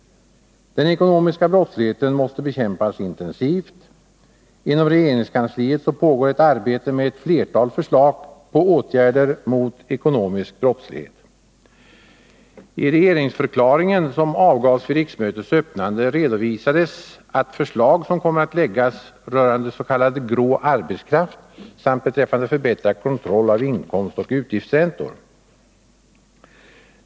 Den ekonomiska brottsligheten måste bekämpas intensivt. I regeringskansliet pågår arbete med flera förslag till åtgärder mot ekonomisk brottslighet. I regeringsförklaringen, som avgavs vid riksmötets öppnande, redovisades att förslag kommer att läggas fram rörande s.k. grå arbetskraft samt beträffande förbättrad kontroll av inkomstoch utgiftsräntor.